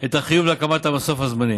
את החיוב להקמת המסוף הזמני.